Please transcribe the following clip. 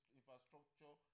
infrastructure